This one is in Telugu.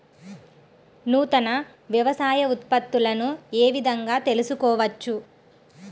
నూతన వ్యవసాయ ఉత్పత్తులను ఏ విధంగా తెలుసుకోవచ్చు?